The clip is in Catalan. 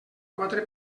quatre